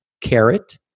carrot